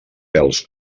pèls